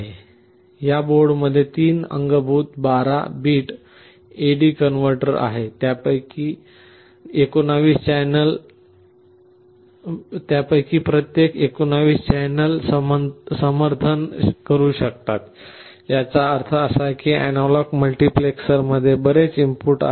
या बोर्डमध्ये 3 अंगभूत 12 बिट AD कन्व्हर्टर आहेत आणि त्यापैकी प्रत्येक 19 चॅनेल पर्यंत समर्थन देऊ शकतात याचा अर्थ असा की अॅनालॉग मल्टिप्लेक्झरमध्ये बरेच इनपुट आहेत